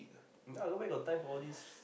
ya nobody got time for all these